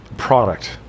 product